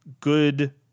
good